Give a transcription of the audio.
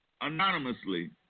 anonymously